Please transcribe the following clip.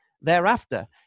thereafter